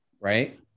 right